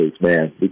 man